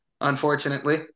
unfortunately